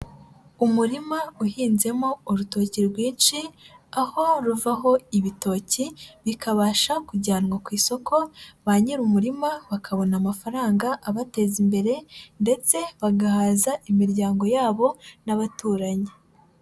Umurima uhinzemo urutoki rwinshi, aho ruvaho ibitoki bikabasha kujyanwa ku isoko, ba nyir'umurima bakabona amafaranga abateza imbere ndetse bagahaza imiryango yabo n'abaturanyi.